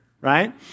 right